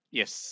yes